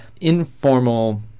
informal